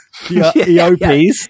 eops